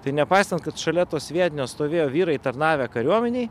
tai nepaisant kad šalia to sviedinio stovėjo vyrai tarnavę kariuomenėj